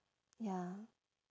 ya